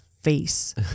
face